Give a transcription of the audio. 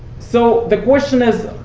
so the question is,